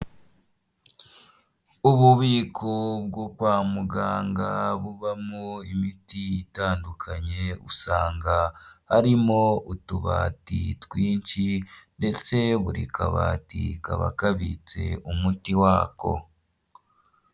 Ububiko bwo kwa muganga bubamo imiti itandukanye, usanga harimo utubari twinshi ndetse buri kabati kaba kabitse umuti wako.